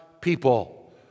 people